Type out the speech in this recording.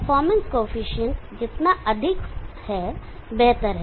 performance coefficient जितना अधिक है बेहतर है